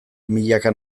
milaka